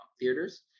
Theaters